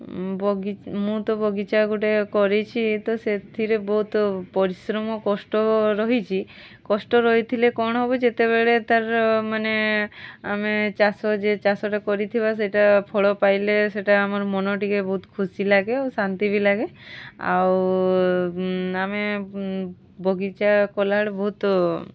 ମୁଁ ତ ବଗିଚା ଗୋଟେ କରିଛି ତ ସେଥିରେ ବହୁତ ପରିଶ୍ରମ କଷ୍ଟ ରହିଛି କଷ୍ଟ ରହିଥିଲେ କ'ଣ ହବ ଯେତେବେଳେ ତାର ମାନେ ଆମେ ଚାଷ ଯେ ଚାଷଟା କରିଥିବା ସେଇଟା ଫଳ ପାଇଲେ ସେଇଟା ଆମର୍ ମନ ଟିକେ ବହୁତ ଖୁସି ଲାଗେ ଆଉ ଶାନ୍ତି ବି ଲାଗେ ଆଉ ଆମେ ବଗିଚା କଲାବେଳେ ବହୁତ